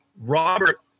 Robert